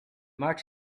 march